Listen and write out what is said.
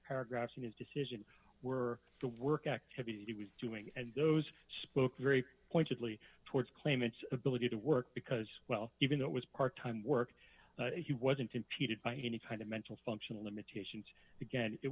paragraphs in his decision were the work activity he was doing and those spoke very pointedly towards claimants ability to work because well even though it was part time work he wasn't impeded by any kind of mental functioning limitations again it